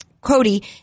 Cody